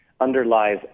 underlies